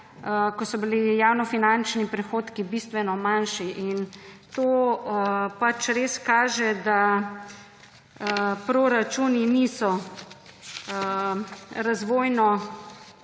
ko so bili javnofinančni prihodki bistveno manjši. To pač res kaže, da proračuni niso razvojno